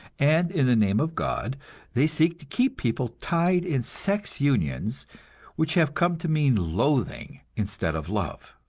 and in the name of god they seek to keep people tied in sex unions which have come to mean loathing instead of love.